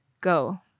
go